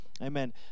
Amen